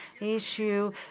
issue